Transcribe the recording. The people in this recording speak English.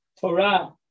Torah